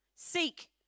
seek